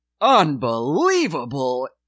unbelievable